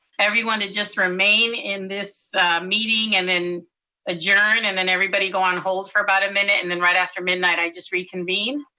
everyone to just remain in this meeting, and then adjourn, and then everybody go on hold for about a minute, and then right after midnight i just reconvene?